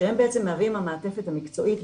שהם בעצם מהווים המעטפת המקצועית.